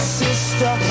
sister